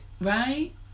right